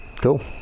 Cool